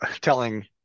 telling